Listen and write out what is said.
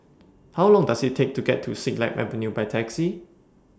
How Long Does IT Take to get to Siglap Avenue By Taxi